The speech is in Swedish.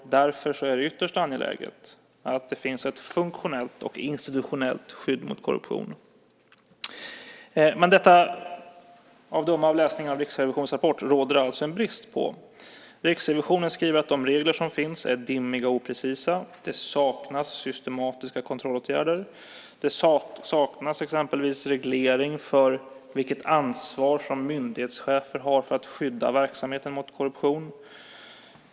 Därför är det ytterst angeläget att det finns ett funktionellt och institutionellt skydd mot korruption. Att döma av Riksrevisionens rapport råder det alltså en brist på detta. Riksrevisionen skriver att de regler som finns är dimmiga och oprecisa. Det saknas systematiska kontrollåtgärder. Det saknas exempelvis reglering för vilket ansvar som myndighetschefer har för att skydda verksamheten mot korruption.